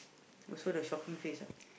you saw the shocking face ah